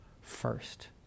first